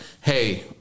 hey